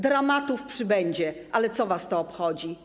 Dramatów przybędzie, ale co was to obchodzi?